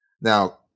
now